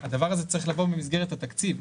הדבר הזה צריך לבוא במסגרת התקציב,